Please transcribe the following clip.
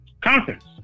conference